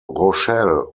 rochelle